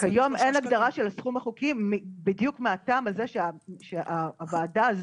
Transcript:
כיום אין הגדרה של הסכום החוקי בדיוק מהטעם הזה שהוועדה הזו,